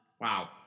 Wow